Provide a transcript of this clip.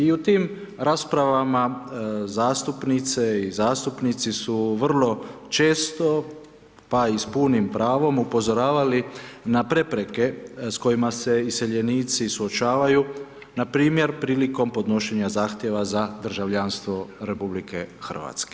I u tim raspravama zastupnice i zastupnici su vrlo često pa i s punim pravom upozoravali na prepreke s kojima se iseljenici suočavaju, npr. prilikom podnošenja zahtjeva za državljanstvo RH.